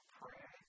pray